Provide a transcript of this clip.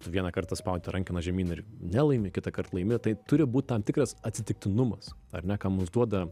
vieną kartą spaudi tą rankeną žemyn ir nelaimi kitąkart laimi tai turi būt tam tikras atsitiktinumas ar ne ką mums duoda